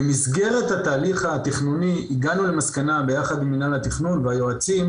במסגרת התהליך התכנוני הגענו למסקנה ביחד עם מינהל התכנון והיועצים,